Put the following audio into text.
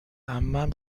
عمم